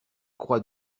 croix